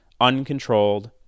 uncontrolled